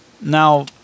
Now